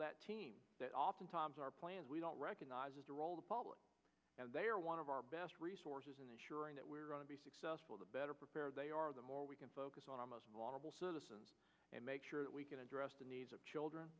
that team that oftentimes our plans we don't recognize the public they are one of our best resources and they sure that we're going to be successful the better prepared they are the more we can focus on our most vulnerable citizens and make sure that we can address the needs of children